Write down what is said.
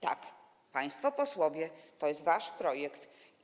Tak, państwo posłowie, to jest wasz projekt.